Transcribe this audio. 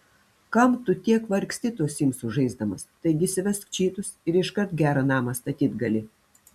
kam tu tiek vargsti tuos simsus žaisdamas taigi įsivesk čytus ir iškart gerą namą statyt gali